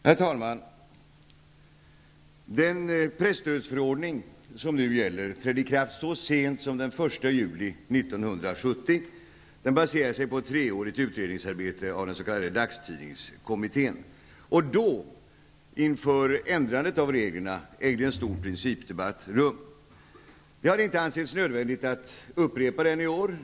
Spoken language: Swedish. Herr talman! Den presstödsförordning som nu gäller trädde i kraft så sent som den 1 juli 1970. Den baserade sig på ett treårigt utredningsarbete av den s.k. dagstidningskommittén. Inför ändrandet av reglerna ägde en stor principdebatt rum. Det har inte ansetts nödvändigt att upprepa den i år.